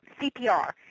CPR